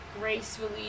gracefully